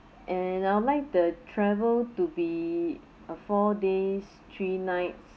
and I would like the travel to be a four days three nights